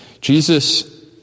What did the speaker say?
Jesus